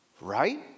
Right